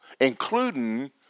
Including